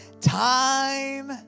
Time